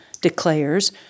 declares